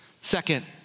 Second